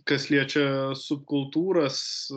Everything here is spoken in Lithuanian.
kas liečia subkultūras